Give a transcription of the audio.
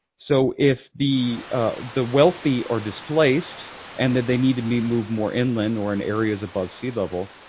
so if the the wealthy are displaced and that they need to be moved more inland or in areas above sea level,